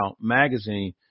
magazine